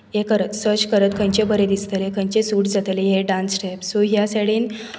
हें करत सर्च करत खंयचें बरें दिसतलें खंयचें सूट जातलें हे डांस स्टेप्स सो ह्या सायडीन